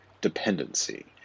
dependency